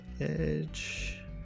edge